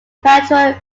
pietro